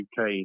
UK